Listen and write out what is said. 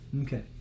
Okay